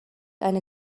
eine